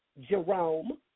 Jerome